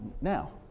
Now